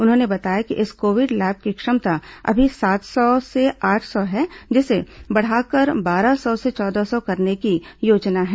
उन्होंने बताया कि इस कोविड लैब की क्षमता अभी सात सौ से आठ सौ है जिसे बढ़ाकर बारह सौ से चौदह सौ करने की योजना है